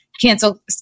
Cancel